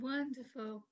Wonderful